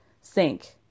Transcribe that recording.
sink